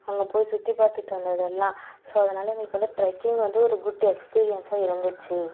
அங்கே போய் சுற்றி பார்த்துட்டு வந்தது எல்லாம் ஸோ அதனால் எங்களுக்கு ட்ரெக்கிங் வந்து ஒரு குட் எக்ஸ்பீரியன்ஸாக இருந்துச்சு